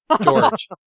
George